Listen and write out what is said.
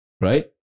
right